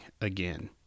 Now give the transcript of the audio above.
again